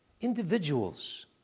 individuals